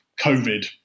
COVID